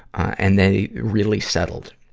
and they really settled.